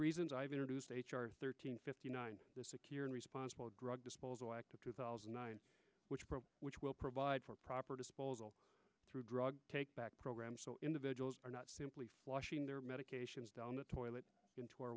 reasons i've introduced h r thirteen fifty nine and responsible grug disposal act of two thousand and nine which which will provide for proper disposal through drug take back programs so individuals are not simply flushing their medications down the toilet into our